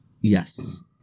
Yes